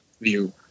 view